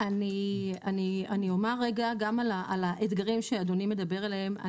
אני אומר גם על האתגרים שאדוני מדבר עליהם.